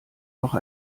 noch